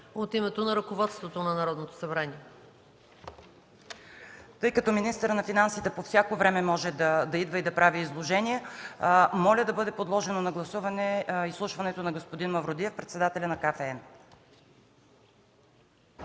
от името на ръководството на Народното събрание? КОРНЕЛИЯ НИНОВА: Тъй като министърът на финансите по всяко време може да идва и да прави изложение, моля да бъде подложено на гласуване и изслушването на господин Мавродиев – председател на